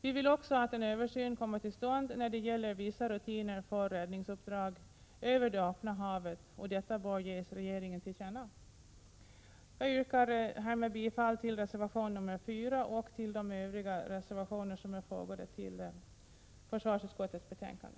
Vi vill också att en översyn kommer till stånd när det gäller vissa rutiner för räddningsuppdrag över det öppna havet, och detta bör ges regeringen till känna. Jag yrkar härmed bifall till reservation 4 och till de övriga reservationer som är fogade vid försvarsutskottets betänkande.